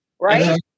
right